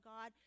God